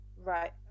Right